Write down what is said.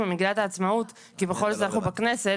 ממגילת העצמאות כי בכל זאת אנחנו בכנסת